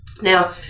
Now